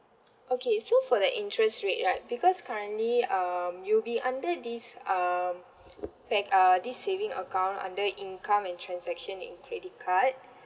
okay so for the interest rate right because currently um you'll be under this um bank uh this saving account under income and transaction and credit card